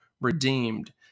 redeemed